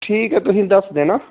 ਠੀਕ ਹੈ ਤੁਸੀਂ ਦੱਸ ਦੇਣਾ